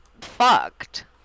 fucked